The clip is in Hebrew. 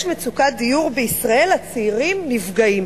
יש מצוקת דיור בישראל, הצעירים נפגעים.